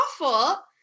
awful